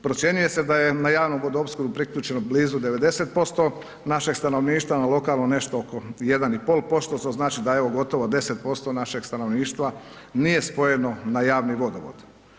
Procjenjuje se da je na javnu vodoopskrbu priključeno blizu 90% našeg stanovništva, na lokalnu nešto oko 1,5% što znači da evo gotovo 10% našeg stanovništva nije spojeno na javni vodovod.